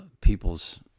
people's